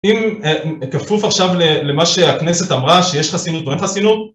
אם כפוף עכשיו למה שהכנסת אמרה שיש חסינות או אין חסינות